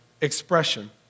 expression